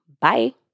Bye